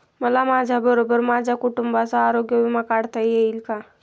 मला माझ्याबरोबर माझ्या कुटुंबाचा आरोग्य विमा काढता येईल का?